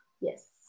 Yes